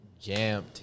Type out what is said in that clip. jammed